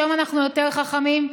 שהיום אנחנו יותר חכמים.